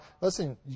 listen